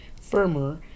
firmer